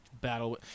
battle